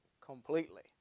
completely